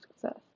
success